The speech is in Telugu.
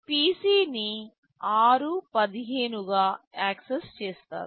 PC ని r15 గా యాక్సెస్ చేస్తారు